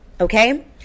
okay